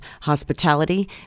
hospitality